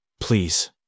please